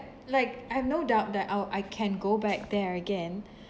like I have no doubt that I'll I can go back there again